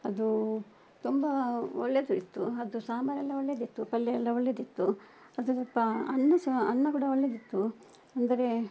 ಅದು ತುಂಬ ಒಳ್ಳೆಯದು ಇತ್ತು ಅದು ಸಾಂಬರೆಲ್ಲ ಒಳ್ಳೇದಿತ್ತು ಪಲ್ಯವೆಲ್ಲ ಒಳ್ಳೇದಿತ್ತು ಅದು ಸ್ವಲ್ಪ ಅನ್ನ ಸಹ ಅನ್ನ ಕೂಡ ಒಳ್ಳೇದಿತ್ತು ಅಂದರೆ